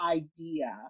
idea